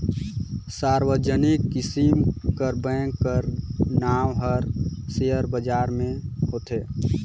सार्वजनिक किसिम कर बेंक कर नांव हर सेयर बजार में होथे